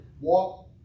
walk